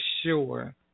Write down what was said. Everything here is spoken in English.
sure